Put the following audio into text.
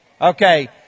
Okay